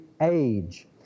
age